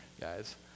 guys